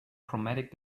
chromatic